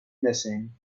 missing